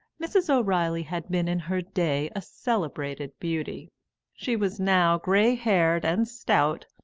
mrs. o'reilly had been in her day a celebrated beauty she was now grey haired and stout,